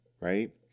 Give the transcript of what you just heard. right